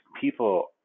people